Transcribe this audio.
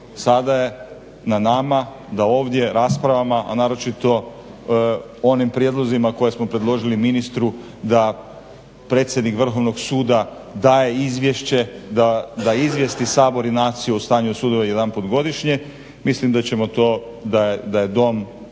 Sada je na nama da ovdje raspravama, a naročito onim prijedlozima koje smo predložili ministru da predsjednik Vrhovnog suda daje izvješće da izvijesti Sabor i naciju o stanju sudova jedanput godišnje. Mislim da ćemo to, da je Dom,